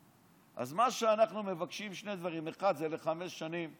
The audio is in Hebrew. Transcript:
אז מה שאנחנו מבקשים זה שני דברים: 1. זה לחמש שנים,